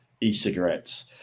e-cigarettes